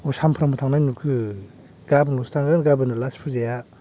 अबाव सामफ्रामबो थांनाय नुखो गाबोनल'सो थांगोन गाबोननो लास फुजाया